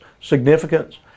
significance